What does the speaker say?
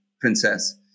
princess